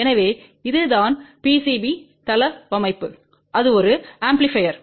எனவே இதுதான் பிசிபி தளவமைப்பு அது ஒரு ஆம்பிளிபையர்